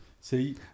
See